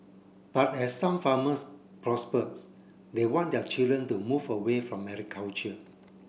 but as some farmers prospered they want their children to move away from agriculture